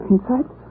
Inside